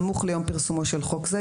סמוך ליום פרסומו של חוק זה,